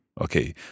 Okay